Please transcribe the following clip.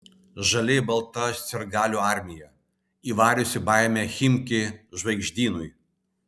žaliai balta sirgalių armija įvariusi baimę chimki žvaigždynui